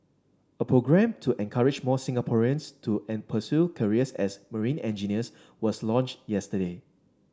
a programme to encourage more Singaporeans to an pursue careers as marine engineers was launched yesterday